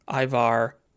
Ivar